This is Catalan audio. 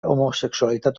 homosexualitat